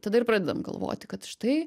tada ir pradedam galvoti kad štai